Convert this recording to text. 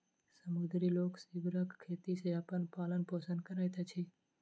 समुद्री लोक सीवरक खेती सॅ अपन पालन पोषण करैत अछि